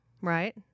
right